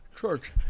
church